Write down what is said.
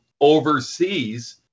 overseas